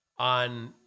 On